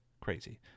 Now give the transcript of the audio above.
Crazy